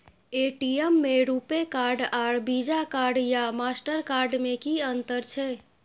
ATM में RuPay card आर Visa card या मास्टर कार्ड में कि अतंर छै?